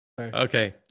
Okay